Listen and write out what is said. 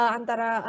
Antara